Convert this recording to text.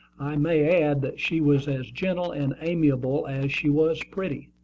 i may add that she was as gentle and amiable as she was pretty.